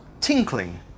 tinkling